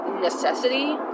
necessity